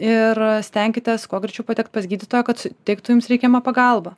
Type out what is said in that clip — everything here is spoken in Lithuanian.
ir stenkitės kuo greičiau patekt pas gydytoją kad suteiktų jums reikiamą pagalbą